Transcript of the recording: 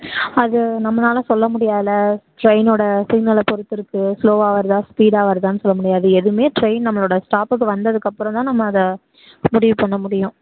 அது நம்மளால் சொல்ல முடியாதுல ட்ரெயினோட சிக்னலை பொருத்து இருக்கு ஸ்லோவாக வருதா ஸ்பீடாக வருதான்னு சொல்லமுடியாது எதுவுமே ட்ரெயின் நம்பளோட ஸ்டாப்புக்கு வந்ததுக்கப்புறம் தான் நம்ம அதை முடிவு பண்ண முடியும்